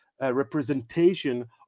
Representation